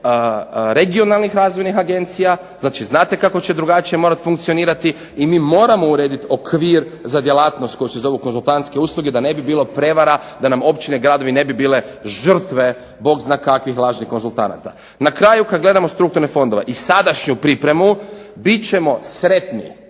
regionalnih razvojnih agencija, znači znate kako će drugačije morati funkcionirati i mi moramo urediti okvir za djelatnost koje se zovu konzultantske usluge da ne bi bilo prevara da nam općine i gradovi ne bi bile žrtve bog zna kakvih lažnih konzultanata. Na kraju kad gledamo strukturne fondove, i sadašnju pripremu bit ćemo sretni,